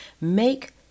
make